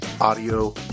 audio